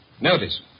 Notice